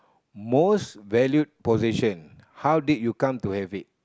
most value position how did you come to have it